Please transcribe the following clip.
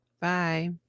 Bye